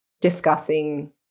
discussing